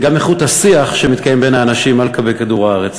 גם איכות השיח שמתקיים בין האנשים על גבי כדור-הארץ.